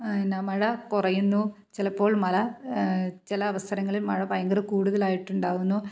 എന്നാ മഴ കുറയുന്നു ചിലപ്പോൾ മല ചില അവസരങ്ങളിൽ മഴ ഭയങ്കര കൂടുതലായിട്ട് ഉണ്ടാകുന്നു